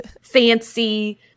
fancy